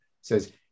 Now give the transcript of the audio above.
says